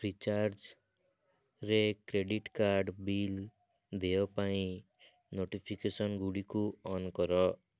ଫ୍ରିଚାର୍ଜ୍ରେ credit card bill ଦେୟ ପାଇଁ notification ଗୁଡ଼ିକୁ ଅନ୍ କର